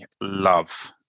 love